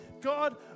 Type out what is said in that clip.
God